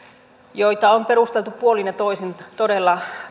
joita on perusteltu puolin ja toisin todella